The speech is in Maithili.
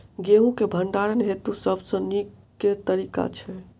गेंहूँ केँ भण्डारण हेतु सबसँ नीक केँ तरीका छै?